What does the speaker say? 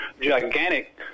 gigantic